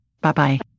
Bye-bye